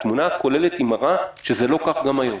התמונה הכוללת מראה שזה לא כך גם היום.